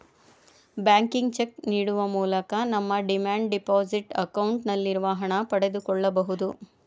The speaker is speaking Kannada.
ಬ್ಯಾಂಕಿಗೆ ಚೆಕ್ ನೀಡುವ ಮೂಲಕ ನಮ್ಮ ಡಿಮ್ಯಾಂಡ್ ಡೆಪೋಸಿಟ್ ಅಕೌಂಟ್ ನಲ್ಲಿರುವ ಹಣ ಪಡೆದುಕೊಳ್ಳಬಹುದು